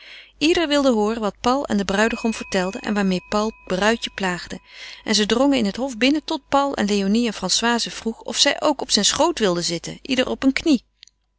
ieder wilde hooren wat paul aan den bruidegom vertelde en waarmeê paul bruidje plaagde en ze drongen in het hof binnen tot paul aan léonie en françoise vroeg of zij ook op zijn schoot wilden zitten ieder op een knie